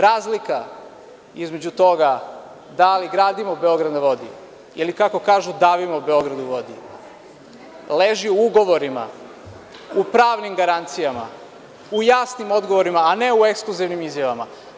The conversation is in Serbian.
Razlika između toga da li gradimo „Beograd na vodi“ ili, kako kažu, davimo Beograd u vodi, leži u ugovorima, u pravnim garancijama, u jasnim odgovorima, a ne u ekskluzivnim izjavama.